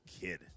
kid